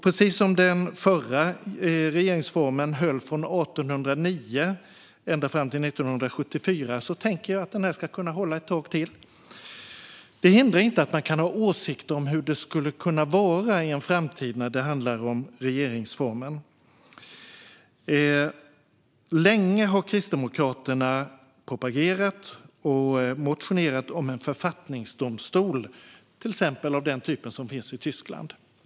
Precis som den förra regeringsformen, som höll från 1809 ända fram till 1974, tänker jag att den här ska kunna hålla ett tag till. Det hindrar inte att man kan ha åsikter om hur det skulle kunna vara i en framtid när det handlar om regeringsformen. Länge har Kristdemokraterna propagerat för och motionerat om en författningsdomstol av den typ som till exempel finns i Tyskland.